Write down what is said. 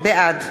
בעד